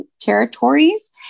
Territories